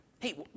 hey